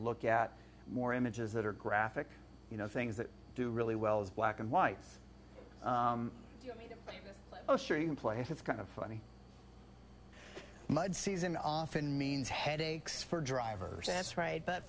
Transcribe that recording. look at more images that are graphic you know things that do really well is black and white oh sure you can play it it's kind of funny season often means headaches for drivers that's right but